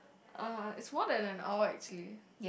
uh it is more than an hour actually